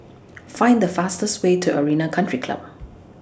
Find The fastest Way to Arena Country Club